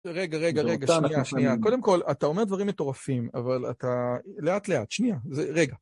רגע, רגע, רגע, שנייה, שנייה. קודם כל, אתה אומר דברים מטורפים, אבל אתה... לאט-לאט. שנייה, רגע.